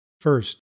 First